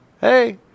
hey